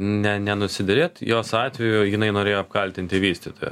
ne ne nusiderėt jos atveju jinai norėjo apkaltinti vystytoją